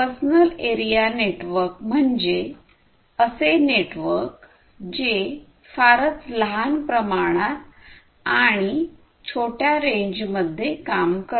personal area network म्हणजे असे network जे फारच लहान प्रमाणात आणि छोट्या रेंजमध्ये काम करते